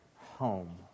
home